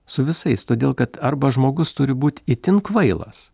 su visais todėl kad arba žmogus turi būt itin kvailas